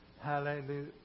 Hallelujah